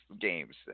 games